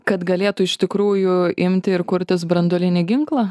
kad galėtų iš tikrųjų imti ir kurtis branduolinį ginklą